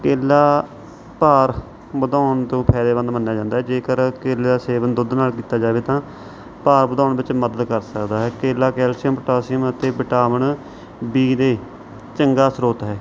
ਕੇਲਾ ਭਾਰ ਵਧਾਉਣ ਤੋਂ ਫਾਇਦੇਮੰਦ ਮੰਨਿਆ ਜਾਂਦਾ ਹੈ ਜੇਕਰ ਕੇਲੇ ਦਾ ਸੇਵਨ ਦੁੱਧ ਨਾਲ ਕੀਤਾ ਜਾਵੇ ਤਾਂ ਭਾਰ ਵਧਾਉਣ ਵਿੱਚ ਮਦਦ ਕਰ ਸਕਦਾ ਹੈ ਕੇਲਾ ਕੈਲਸ਼ੀਅਮ ਪੋਟਾਸ਼ੀਅਮ ਅਤੇ ਵਿਟਾਮਿਨ ਬੀ ਦਾ ਚੰਗਾ ਸਰੋਤ ਹੈ